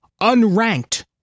unranked